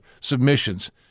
submissions